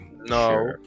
no